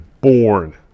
born